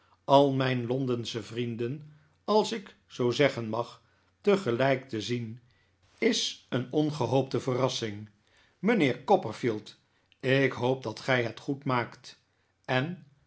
al mijn londensche vrienden als ik zoo zeggen mag tegelijk te zien is een ongehoopte verrassing mijnheer copperfield ik hoop dat gij het goed maakt en